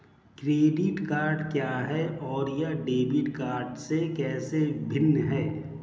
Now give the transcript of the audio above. Credit card क्या है और यह डेबिट कार्ड से कैसे भिन्न है?